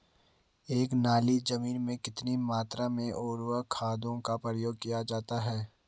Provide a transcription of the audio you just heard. एक नाली जमीन में कितनी मात्रा में उर्वरक खादों का प्रयोग किया जाता है?